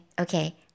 okay